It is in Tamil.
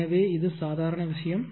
எனவே இது சாதாரண விஷயம்